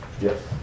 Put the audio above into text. yes